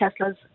Tesla's